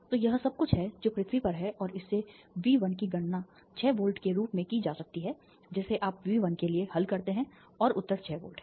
तो यह सब कुछ है जो पृथ्वी पर है और इससे V 1 की गणना छह वोल्ट के रूप में की जा सकती है जिसे आप V 1 के लिए हल करते हैं और उत्तर छह वोल्ट है